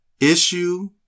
issue